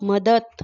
मदत